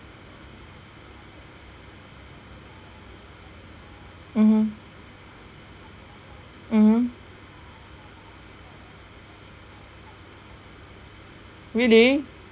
mmhmm mmhmm really